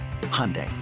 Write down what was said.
Hyundai